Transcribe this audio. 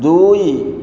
ଦୁଇ